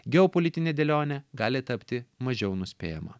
geopolitinė dėlionė gali tapti mažiau nuspėjama